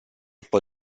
può